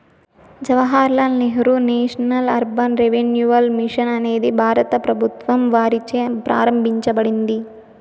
Jawahar Lal Nehru National Urban Renewal Mission అనేది భారత ప్రభుత్వం వారిచే ప్రారంభించబడింది